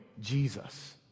Jesus